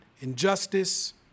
injustice